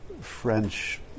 French